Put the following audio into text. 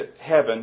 heaven